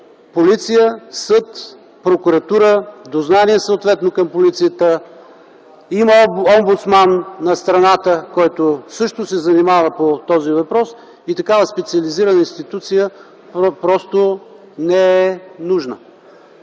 полиция, съд, прокуратура, дознание – съответно към полицията, има омбудсман на страната, който също се занимава по този въпрос, и такава специализирана институция просто не е нужна.